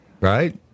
Right